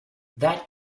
that